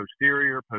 Posterior